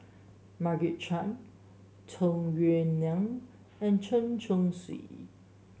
Margaret Chan Tung Yue Nang and Chen Chong Swee